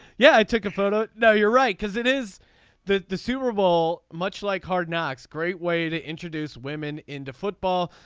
yeah i took a photo. no you're right because it is the the super bowl much like hard knocks. great way to introduce women into football.